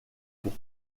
pour